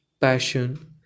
Passion